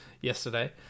yesterday